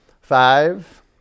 Five